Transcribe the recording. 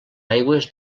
aigües